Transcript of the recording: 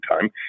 time